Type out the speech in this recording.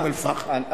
באום-אל-פחם.